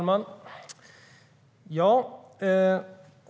Herr talman!